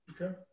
Okay